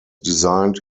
designed